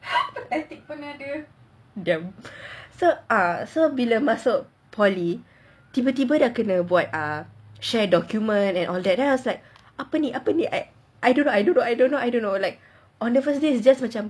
ya so diam so ah so bila masuk poly tiba-tiba dah kena buat ah share document and all that then I was like apa ni apa ni I don't know I don't know I don't know or like on the first day it was just like macam